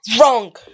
Wrong